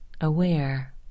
aware